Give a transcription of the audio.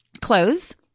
clothes